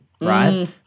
right